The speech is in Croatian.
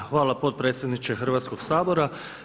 Hvala potpredsjedniče hrvatskoga sabora.